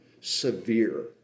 severe